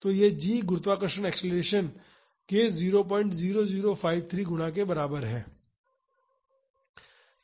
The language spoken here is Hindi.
तो यह g गुरुत्वाकर्षण एक्सेलरेशन के 00053 गुणा के बराबर है